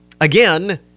again